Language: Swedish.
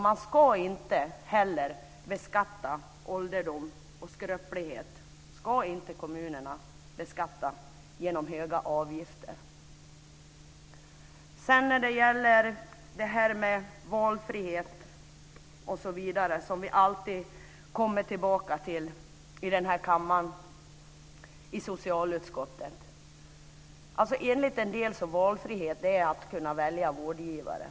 Man ska inte heller beskatta ålderdom och skröplighet - det ska kommunerna inte beskatta genom höga avgifter. Till detta med valfrihet osv. återkommer vi i socialutskottet alltid i denna kammare. Enligt en del är valfrihet att kunna välja vårdgivare.